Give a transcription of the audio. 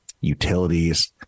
utilities